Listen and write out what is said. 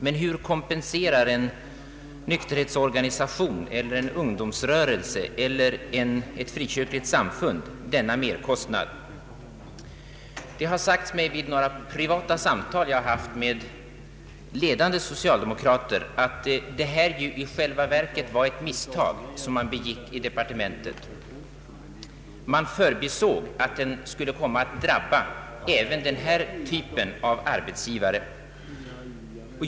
Men hur kompenserar en nykterhetsorganisation, en ungdomsrörelse eller ett frikyrkligt samfund denna merkostnad? Det har sagts mig vid samtal jag haft med ledande socialdemokrater att man här i själva verket begick ett misstag i departementet. Man förbisåg att avgiften skulle komma att drabba även denna typ av arbetsgivare.